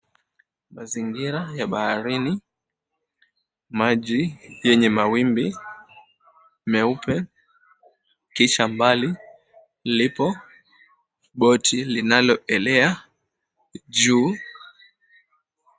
Mazingira ya baharini, maji yenye mawimbi meupe. Kisha mbali lipo boti linaloelea juu.